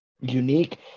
unique